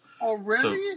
Already